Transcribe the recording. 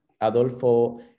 Adolfo